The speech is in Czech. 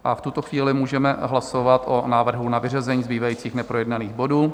V tuto chvíli můžeme hlasovat o návrhu na vyřazení zbývajících neprojednaných bodů.